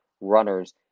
runners